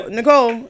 Nicole